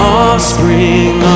Offspring